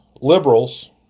liberals